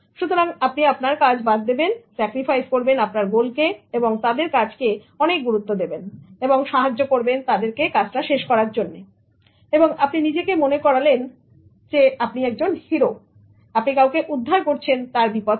সুতরাং আপনি আপনার কাজ বাদ দেবেন স্যাক্রিফাইস করবেন আপনার গোলকে এবং তাদের কাজকে অনেক গুরুত্ব দেবেন এবং সাহায্য করবেন তাদেরকে কাজটা শেষ করার জন্য এবং আপনি নিজেকে মনে করলেন হিরো যেন আপনি কাউকে উদ্ধার করলেন তার বিপদ থেকে